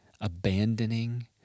abandoning